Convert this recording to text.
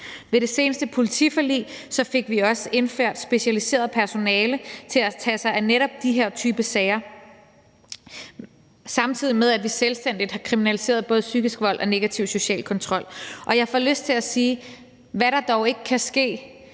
Ved det seneste politiforlig fik vi også indført specialiseret personale til at tage sig af netop den her type sager, samtidig med at vi selvstændigt har kriminaliseret både psykisk vold og negativ social kontrol. Jeg får lyst til at sige: Hvad der dog ikke kan ske,